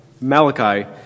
Malachi